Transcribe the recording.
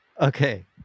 Okay